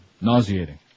nauseating